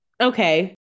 Okay